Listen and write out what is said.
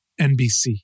NBC